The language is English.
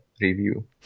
review